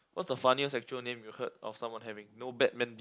what's the funniest actual name you heard of someone having no Batman